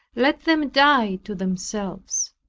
let them die to themselves.